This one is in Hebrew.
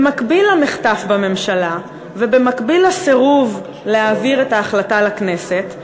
במקביל למחטף בממשלה ובמקביל לסירוב להעביר את ההחלטה לכנסת,